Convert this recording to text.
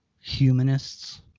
humanists